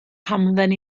hamdden